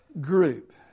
group